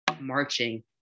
Marching